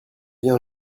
vient